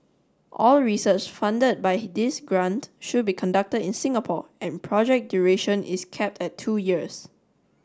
all research funded by this grant should be conducted in Singapore and project duration is capped at two years